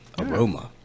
Aroma